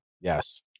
Yes